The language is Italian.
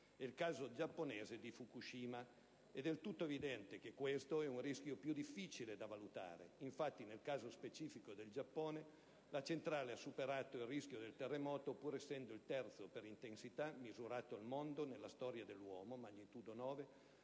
il caso giapponese di Fukushima. È del tutto evidente che questo è un rischio più difficile da valutare. Infatti, nel caso specifico del Giappone, la centrale ha superato il rischio del terremoto, pur essendo il terzo per intensità misurato al mondo nella storia dell'uomo (magnitudo 9),